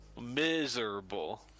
miserable